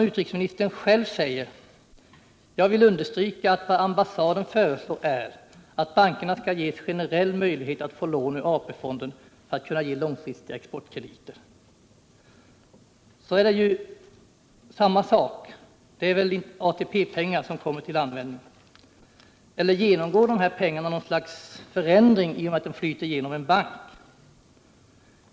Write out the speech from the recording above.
Utrikesministern säger själv: ”Jag vill understryka att vad ambassaden föreslår är att bankerna skall ges generell möjlighet att få lån ur AP-fonden för att kunna ge långfristiga exportkrediter.” Det är väl under sådana förhållanden ATP-pengar som kommer till användning. Eller genomgår dessa pengar något slags förändring i och med att de flyter genom en bank?